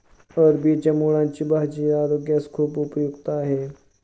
अरबीच्या मुळांची भाजी आरोग्यास खूप उपयुक्त आहे